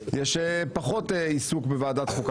יש פחות עיסוק בוועדת החוקה,